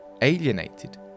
alienated